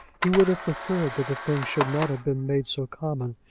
he would have preferred that the thing should not have been made so common,